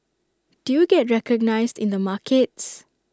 do you get recognised in the markets